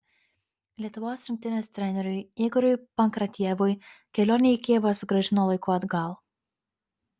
lietuvos rinktinės treneriui igoriui pankratjevui kelionė į kijevą sugrąžino laiku atgal